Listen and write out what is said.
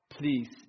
Please